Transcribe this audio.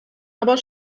aber